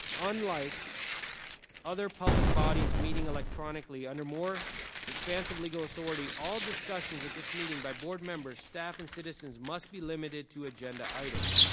unlike other public bodies meeting electronically under more expansive legal authority, all discussions at this meeting by board members, staff and citizens must be limited to agenda items.